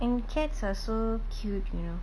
and cats are so cute you know